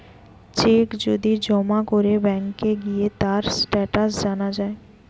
check যদি জমা করে ব্যাংকে গিয়ে তার স্টেটাস জানা যায়